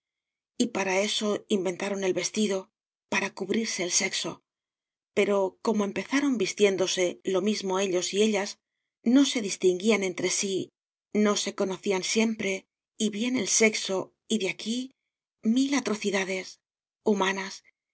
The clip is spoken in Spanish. y para eso inventaron el vestido para cubrirse el sexo pero como empezaron vistiéndose lo mismo ellos y ellas no se distinguían entre sí no se conocían siempre y bien el sexo y de aquí mil atrocidades humanas